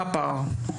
מה הפער?